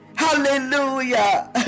Hallelujah